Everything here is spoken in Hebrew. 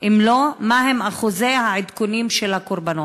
2. אם לא, מה הם אחוזי העדכונים של הקורבנות?